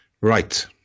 right